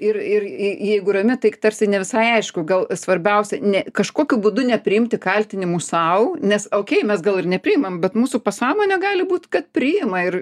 ir ir jeigu rami taik tarsi ne visai aišku gal svarbiausia ne kažkokiu būdu nepriimti kaltinimų sau nes okei mes gal ir nepriimam bet mūsų pasąmonė gali būt kad priima ir